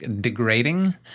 degrading